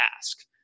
ask